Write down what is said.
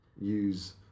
use